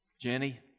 Jenny